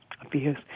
abuse